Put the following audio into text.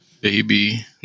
Baby